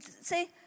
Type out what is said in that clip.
say